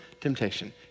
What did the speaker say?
temptation